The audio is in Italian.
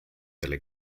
delle